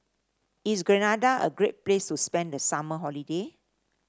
is Grenada a great place to spend the summer holiday